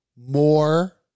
more